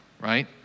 right